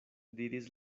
diris